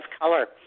color